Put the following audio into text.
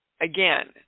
again